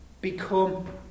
become